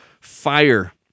Fire